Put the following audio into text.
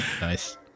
Nice